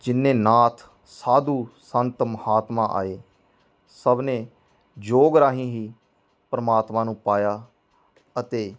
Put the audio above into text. ਜਿੰਨੇ ਨਾਥ ਸਾਧੂ ਸੰਤ ਮਹਾਤਮਾ ਆਏ ਸਭ ਨੇ ਯੋਗ ਰਾਹੀਂ ਹੀ ਪਰਮਾਤਮਾ ਨੂੰ ਪਾਇਆ ਅਤੇ